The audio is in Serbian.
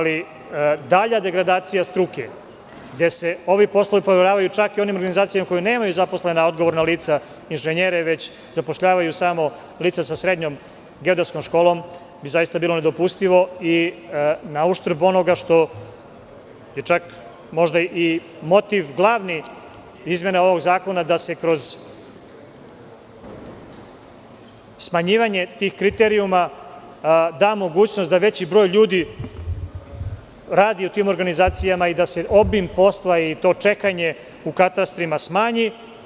Dalja degradacija struke, gde se ovi poslovi poveravaju čak i onim organizacijama koje nemaju zaposlena odgovorna lica, inženjere, već zapošljavaju samo lica sa srednjom geodetskom školom, bi zaista bila nedopustiva i na uštrb onoga što je čak glavni motiv izmena ovog zakona, da se kroz smanjivanje tih kriterijuma dâ mogućnost da veći broj ljudi radi u tim organizacijama i da se obim posla i to čekanje u katastrima smanji.